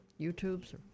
YouTubes